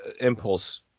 Impulse